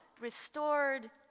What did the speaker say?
restored